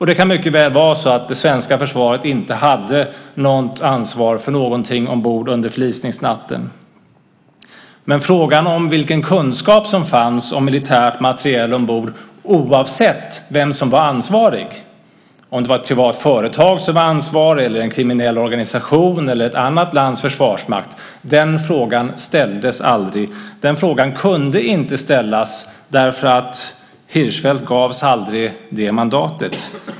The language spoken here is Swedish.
Det kan mycket väl vara så att det svenska försvaret inte hade ansvar för någonting ombord under förlisningsnatten. Men frågan om vilken kunskap som fanns om militär materiel ombord, oavsett vem som var ansvarig - om det var ett privat företag som var ansvarigt eller en kriminell organisation eller ett annat lands försvarsmakt - ställdes aldrig. Den frågan kunde inte ställas därför att Hirschfeldt aldrig gavs det mandatet.